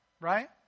right